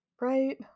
Right